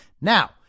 Now